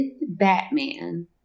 Batman